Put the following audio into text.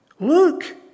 look